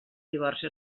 divorci